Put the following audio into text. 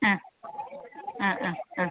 ആ ആ ആ ആ